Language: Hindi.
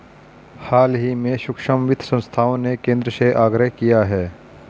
हाल ही में सूक्ष्म वित्त संस्थाओं ने केंद्र से आग्रह किया है